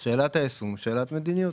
שאלת היישום ושאלת מדיניות.